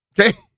Okay